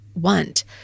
want